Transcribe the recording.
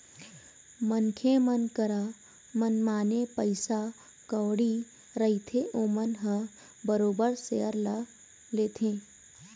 मनखे मन करा मनमाने पइसा कउड़ी रहिथे ओमन ह बरोबर सेयर ल लेथे